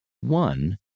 one